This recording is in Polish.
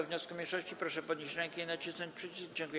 wniosku mniejszości, proszę podnieść rękę i nacisnąć przycisk.